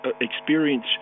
experience